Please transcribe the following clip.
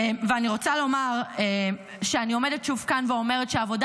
ואני רוצה לומר שאני עומדת שוב כאן ואומרת שהעבודה